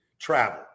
travel